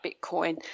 Bitcoin